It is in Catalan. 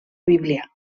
bíblia